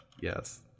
yes